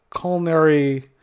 culinary